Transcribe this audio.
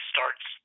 starts